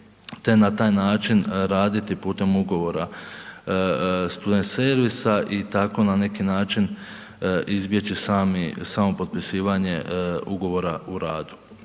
te na taj način raditi putem ugovora student servisa i tako na način izbjeći samo potpisivanje ugovora o radu.